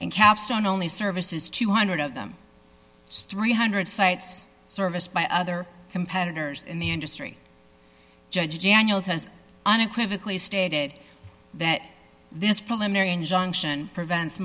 and capstone only services two hundred of them three hundred sites serviced by other competitors in the industry judge daniels has unequivocal you stated that this preliminary injunction prevents